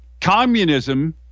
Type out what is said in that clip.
Communism